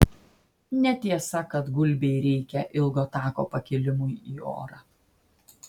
netiesa kad gulbei reikia ilgo tako pakilimui į orą